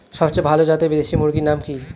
সবচেয়ে ভালো জাতের দেশি মুরগির নাম কি?